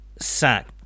sack